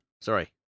Sorry